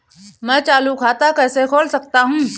मैं चालू खाता कैसे खोल सकता हूँ?